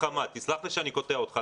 סלח לי שאני קוטע אותך.